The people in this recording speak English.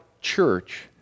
church